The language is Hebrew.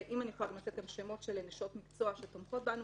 ואם אני יכולה גם לתת שמות של נשות מקצוע שתומכות בנו: